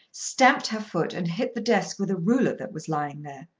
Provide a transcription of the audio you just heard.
stamped her foot and hit the desk with a ruler that was lying there.